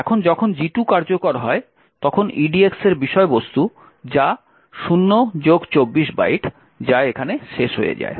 এখন যখন G2 কার্যকর হয় তখন edx এর বিষয়বস্তু যা 024 বাইট যা এখানে শেষ হয়ে যায়